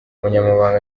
umunyamabanga